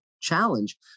challenge